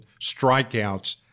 strikeouts